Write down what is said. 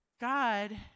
God